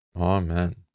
Amen